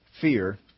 fear